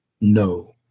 No